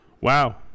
Wow